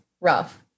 rough